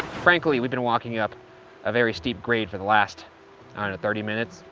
frankly, we've been walking up a very steep grade for the last, i don't know thirty minutes.